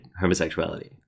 homosexuality